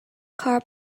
car